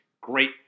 Great